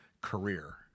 career